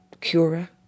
Cura